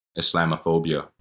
Islamophobia